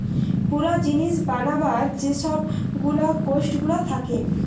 পুরা জিনিস বানাবার যে সব গুলা কোস্ট গুলা থাকে